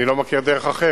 אני לא מכיר דרך אחרת.